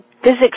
Physics